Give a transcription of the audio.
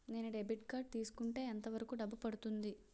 నేను debit card తీసుకుంటే ఎంత వరకు డబ్బు పడుతుంది?